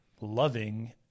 loving